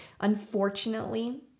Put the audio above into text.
Unfortunately